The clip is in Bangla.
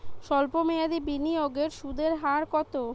সল্প মেয়াদি বিনিয়োগের সুদের হার কত?